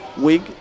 wig